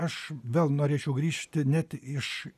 aš vėl norėčiau grįžti net iš